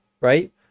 right